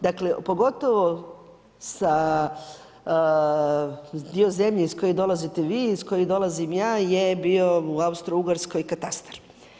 Dakle, pogotovo sa dio zemlje iz kojeg dolazite vi iz kojeg dolazim ja, je bio u Austro-ugarskoj katastar.